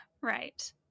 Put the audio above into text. Right